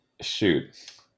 shoot